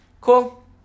Cool